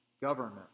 government